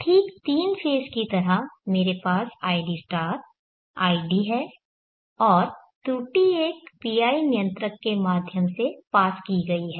तो ठीक तीन फेज़ की तरह मेरे पास id id है और त्रुटि एक PI नियंत्रक के माध्यम से पास की गई है